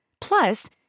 Plus